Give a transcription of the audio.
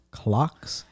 clocks